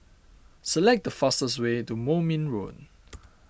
select the fastest way to Moulmein Road